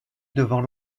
devant